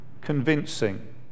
convincing